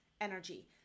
energy